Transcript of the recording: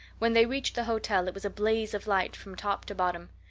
when they reached the hotel it was a blaze of light from top to bottom.